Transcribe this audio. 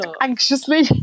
anxiously